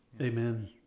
Amen